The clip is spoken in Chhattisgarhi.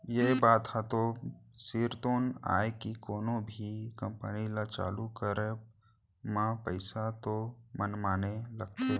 ये बात ह तो सिरतोन आय के कोनो भी कंपनी ल चालू करब म पइसा तो मनमाने लगथे